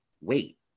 wait